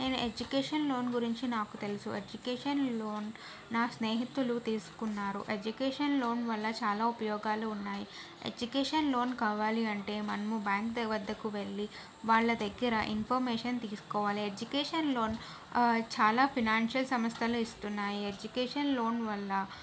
నేను education loan గురించి నాకు తెలుసు ఎడ్యుకేషన్ లోన్ నా స్నేహితులు తీసుకున్నారు ఎడ్యుకేషన్ లోన్ వల్ల చాలా ఉపయోగాలు ఉన్నాయి ఎడ్యుకేషన్ లోన్ కావాలి అంటే మనము బ్యాంకు వద్దకు వెళ్ళి వాళ్ళ దగ్గర ఇన్ఫర్మేషన్ తీసుకోవాలి ఎడ్యుకేషన్ లోన్ చాలా ఫినాన్షియల్ సంస్థలు ఇస్తున్నాయి ఎడ్యుకేషన్ లోన్ వల్ల